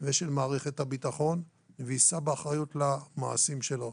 ושל מערכת הביטחון, ויישא באחריות למעשים שלו,